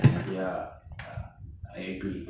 ya I agree